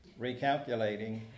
recalculating